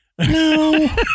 No